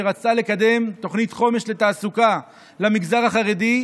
שרצתה לקדם תוכנית חומש לתעסוקה למגזר החרדי,